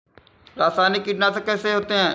रासायनिक कीटनाशक कैसे होते हैं?